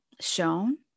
shown